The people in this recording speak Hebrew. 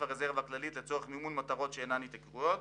"הרזרבה הכללית" לצורך מימון מטרות שאינן התייקרויות.